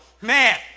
man